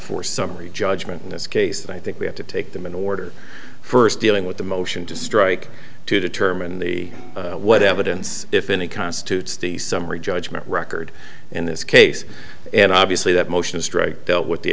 for summary judgment in this case i think we have to take them in order first dealing with the motion to strike to determine the what evidence if any constitutes the summary judgment record in this case and obviously that motion to strike dealt with the